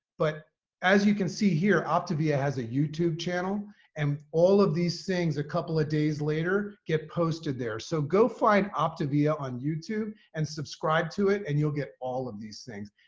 but as you can see here, optavia has a youtube channel and all of these things a couple of days later get posted there. so go find optavia on youtube and subscribe to it and you'll get all of these things,